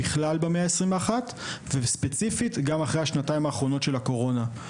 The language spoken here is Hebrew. בכלל במאה ה-21 וספציפית גם אחרי השנתיים האחרונות של הקורונה.